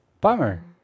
Bummer